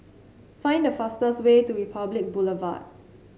find the fastest way to Republic Boulevard